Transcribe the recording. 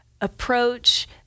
approach